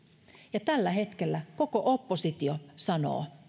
olisivat tällä hetkellä koko oppositio sanoo